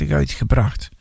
uitgebracht